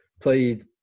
played